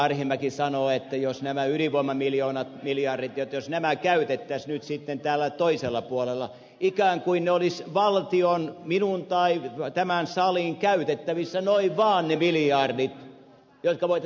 arhinmäki sanoo että jos nämä yli kolme miljoonaa tiliä rikki jos ydinvoimamiljardit käytettäisiin nyt sitten täällä toisella puolella ikään kuin ne olisivat valtion minun tai tämän salin käytettävissä noin vaan ne miljardit jotka voitaisiin heittää tuonne